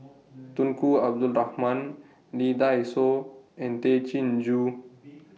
Tunku Abdul Rahman Lee Dai Soh and Tay Chin Joo